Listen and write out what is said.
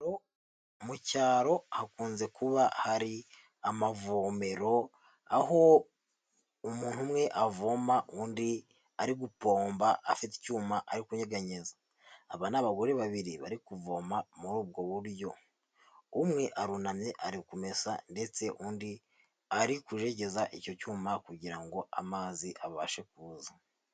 Mu cyaro hakunze kuba hari amavomero, aho umuntu umwe avoma undi ari gupomba afite icyuma ari kunyeganyeza. Aba ni abagore babiri bari kuvoma muri ubwo buryo. Umwe arunamye ari kumesa ndetse undi ari kujegeza icyo cyuma kugira ngo amazi abashe kuza.